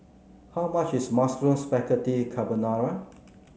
how much is Mushroom Spaghetti Carbonara